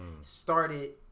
started